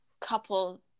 couple